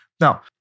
Now